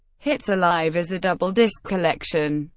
hits alive is a double-disc collection,